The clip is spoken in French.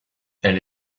elle